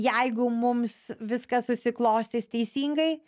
jeigu mums viskas susiklostys teisingai